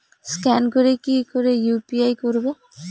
Scan করে কি করে ইউ.পি.আই করবো?